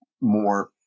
more